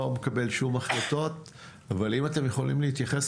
לא נקבל שום החלטות אבל אם אתם יכולים להתייחס,